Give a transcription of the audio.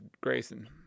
Grayson